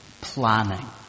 planning